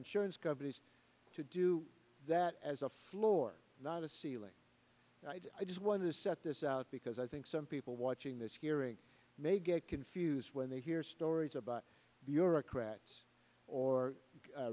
insurance companies to do that as a floor not a ceiling i just want to set this out because i think some people watching this hearing may get confused when they hear stories about bureaucrats or